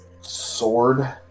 sword